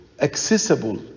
accessible